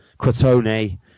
Crotone